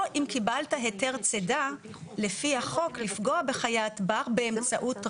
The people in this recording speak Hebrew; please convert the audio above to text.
או אם קיבלת היתר צידה לפי החוק לפגוע בחיית בר באמצעות רעל.